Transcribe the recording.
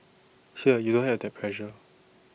here you don't have that pressure